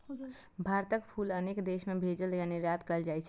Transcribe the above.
भारतक फूल अनेक देश मे भेजल या निर्यात कैल जाइ छै